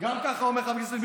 ככה גם בראשון,